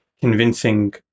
convincing